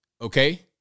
Okay